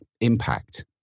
impact